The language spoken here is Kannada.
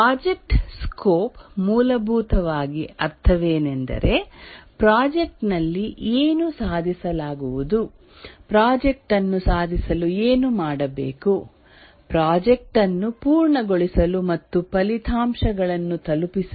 ಪ್ರಾಜೆಕ್ಟ್ ಸ್ಕೋಪ್ ಮೂಲಭೂತವಾಗಿ ಅರ್ಥವೇನೆಂದರೆ ಪ್ರಾಜೆಕ್ಟ್ ನಲ್ಲಿ ಏನು ಸಾಧಿಸಲಾಗುವುದು ಪ್ರಾಜೆಕ್ಟ್ ಅನ್ನು ಸಾಧಿಸಲು ಏನು ಮಾಡಬೇಕು ಪ್ರಾಜೆಕ್ಟ್ ಅನ್ನು ಪೂರ್ಣಗೊಳಿಸಲು ಮತ್ತು ಫಲಿತಾಂಶಗಳನ್ನು ತಲುಪಿಸಲು